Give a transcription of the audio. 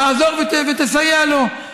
תעזור ותסייע לו.